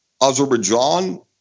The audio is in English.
Azerbaijan